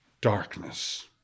darkness